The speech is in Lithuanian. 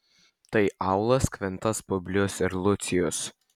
tai aulas kvintas publijus ir lucijus